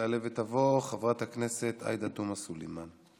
תעלה ותבוא חברת הכנסת עאידה תומא סלימאן.